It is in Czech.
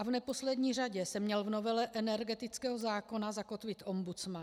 V neposlední řadě se měl v novele energetického zákona zakotvit ombudsman.